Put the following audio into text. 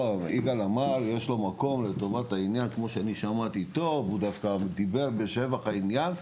יגאל אמר ואני שמעתי טוב את מה שהוא דיבר בשבח העניין.